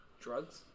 Drugs